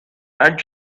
and